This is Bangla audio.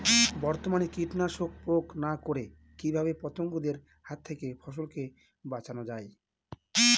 বর্তমানে কীটনাশক প্রয়োগ না করে কিভাবে পতঙ্গদের হাত থেকে ফসলকে বাঁচানো যায়?